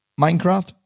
Minecraft